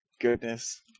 Goodness